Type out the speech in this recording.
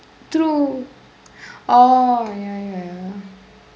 true oh ya ya ya